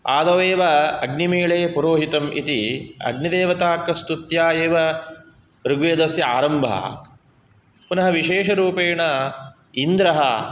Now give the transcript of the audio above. अदौ एव अग्निमीळे पुरोहितम् इति अग्निदेवताकस्तुत्या एव ऋग्वेदस्य आरम्भः पुनः विषेशरूपेण इन्द्रः